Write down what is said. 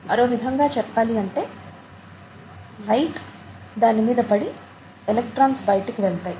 మరో విధంగా చెప్పాలి అంటే లైట్ దాని మీద పడి ఎలెక్ట్రాన్స్ బైటికి వెళ్తాయి